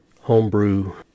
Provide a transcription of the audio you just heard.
homebrew